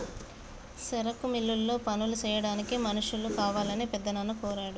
సెరుకు మిల్లులో పనులు సెయ్యాడానికి మనుషులు కావాలని పెద్దనాన్న కోరాడు